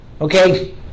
okay